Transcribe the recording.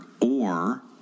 or-